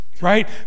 right